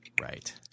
Right